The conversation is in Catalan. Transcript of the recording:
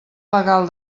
legal